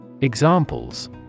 examples